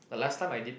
but last time I did